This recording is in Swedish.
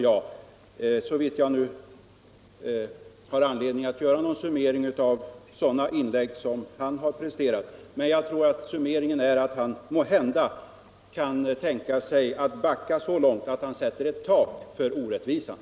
Om det nu finns anledning att göra någon summering av sådana inlägg som han har presterat, skulle summan vara att han måhända kan tänka sig att backa så långt att han sätter ett tak för orättvisan.